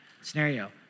scenario